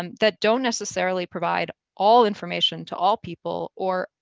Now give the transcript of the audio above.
um that don't necessarily provide all information to all people or,